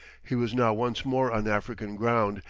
he was now once more on african ground,